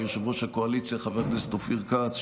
לראש הקואליציה חבר הכנסת אופיר כץ,